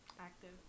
active